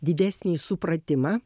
didesnį supratimą